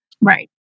Right